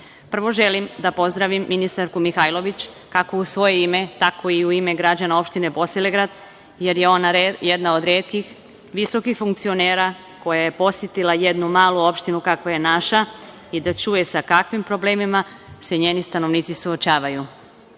želim da pozdravim ministarku Mihajlović kako u svoje ime, tako i u ime građana opštine Bosilegrad, jer je ona jedna od retkih visokih funkcionera koja je posetila jednu opštinu kakva je naša i da čuje sa kakvim problemima se njeni stanovnici suočavaju. Takođe,